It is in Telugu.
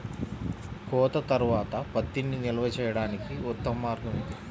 కోత తర్వాత పత్తిని నిల్వ చేయడానికి ఉత్తమ మార్గం ఏది?